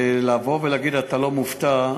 ולבוא ולהגיד שאתה לא מופתע,